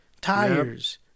tires